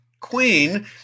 queen